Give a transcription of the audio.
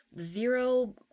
zero